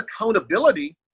accountability